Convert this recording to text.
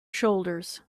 shoulders